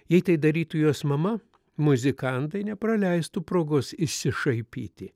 jei tai darytų jos mama muzikantai nepraleistų progos išsišaipyti